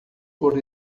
por